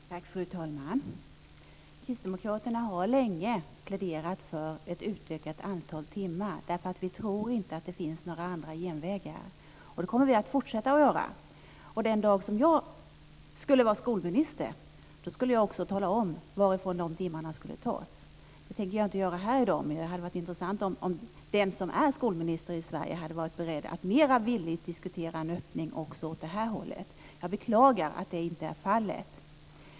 Fru talman! Kristdemokraterna har länge pläderat för ett utökat antal timmar. Vi tror inte att det finns några genvägar. Vi kommer att fortsätta att göra det. Den dag som jag skulle vara skolminister skulle jag också tala om varifrån de timmarna skulle tas. Det tänker jag inte göra i dag, men det hade varit intressant om den som är skolminister i Sverige hade varit beredd att mera villigt diskutera en öppning också åt det hållet. Jag beklagar att det inte är fallet.